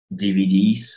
DVDs